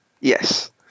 yes